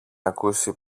ακούσει